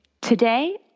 Today